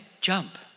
jump